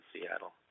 Seattle